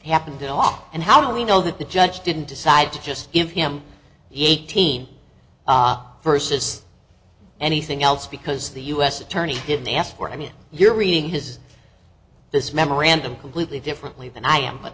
happened off and how do we know that the judge didn't decide to just give him the eighteen versus anything else because the u s attorney didn't ask for i mean you're reading his this memorandum completely differently than i am